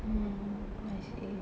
mm I see